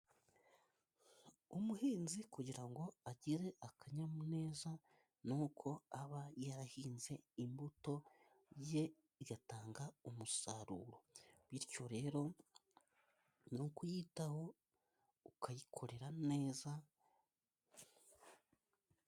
Umuhinzi kugira ngo agire akanyamuneza, ni uko aba yarahinze imbuto ye igatanga umusaruro. Bityo rero, ni ukuyitaho, ukayikorera neza.